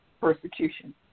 persecution